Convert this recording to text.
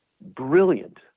brilliant